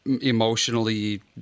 emotionally